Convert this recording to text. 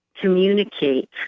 communicate